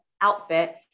outfit